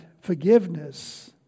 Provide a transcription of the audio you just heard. forgiveness